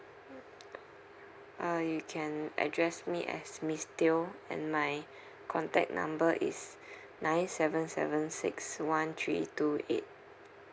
uh you can address me as miss teo and my contact number is nine seven seven six one three two eight